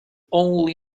only